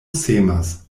semas